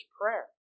Prayer